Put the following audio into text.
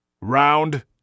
Round